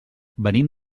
venim